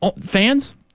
Fans